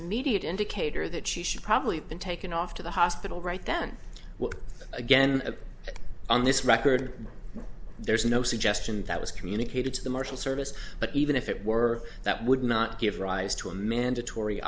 immediate indicator that she should probably have been taken off to the hospital right then again on this record there's no suggestion that was communicated to the marshal service but even if it were that would not give rise to a mandatory